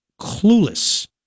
clueless